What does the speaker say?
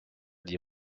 die